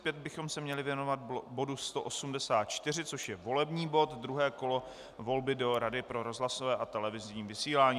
Ve 12.45 bychom se měli věnovat bodu 184, což je volební bod druhé kolo volby do Rady pro rozhlasové a televizní vysílání.